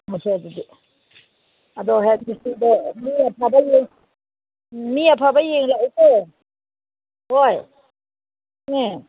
ꯑꯗꯨꯗꯤ ꯑꯗꯣ ꯍꯦꯗ ꯃꯤꯁꯇ꯭ꯔꯤꯗꯣ ꯃꯤ ꯑꯐꯕ ꯃꯤ ꯑꯐꯕ ꯌꯦꯡꯉꯛꯎꯀꯣ ꯍꯣꯏ ꯎꯝ